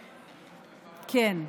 כן.